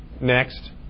next